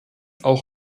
auch